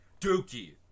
dookie